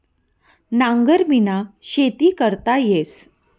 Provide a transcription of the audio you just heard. नांगरबिना खेती करता येस